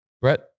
Brett